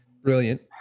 brilliant